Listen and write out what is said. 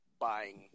buying